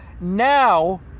now